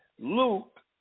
Luke